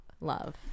Love